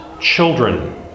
children